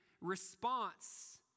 response